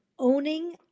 owning